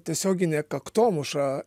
tiesioginė kaktomuša